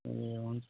ए हुन्छ